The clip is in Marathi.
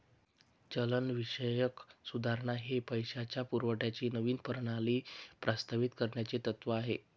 चलनविषयक सुधारणा हे पैशाच्या पुरवठ्याची नवीन प्रणाली प्रस्तावित करण्याचे तत्त्व आहे